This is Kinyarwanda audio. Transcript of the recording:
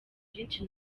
byinshi